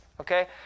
Okay